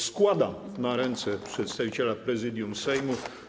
Składam go na ręce przedstawiciela Prezydium Sejmu.